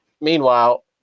meanwhile